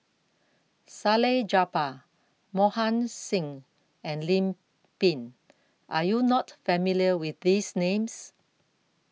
Salleh Japar Mohan Singh and Lim Pin Are YOU not familiar with These Names